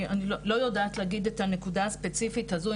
אני לא יודעת להגיד את הנקודה הספציפית הזו,